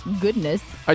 Goodness